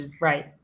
Right